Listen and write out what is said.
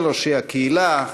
כל ראשי הקהילה,